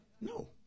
No